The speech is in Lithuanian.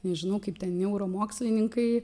nežinau kaip ten neuromokslininkai